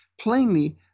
plainly